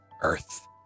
Earth